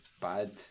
bad